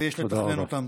ויש לתכנן אותן.